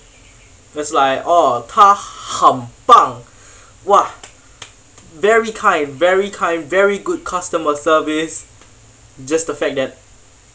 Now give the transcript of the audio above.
was like orh 她很棒 !wah! very kind very kind very good customer service just the fact that